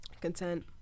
Content